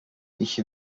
ich